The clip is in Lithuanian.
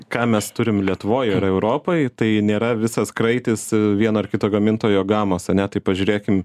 ką mes turim lietuvoj ar europoj tai nėra visas kraitis vieno ar kito gamintojo gamos ane tai pažiūrėkim